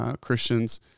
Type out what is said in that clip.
Christians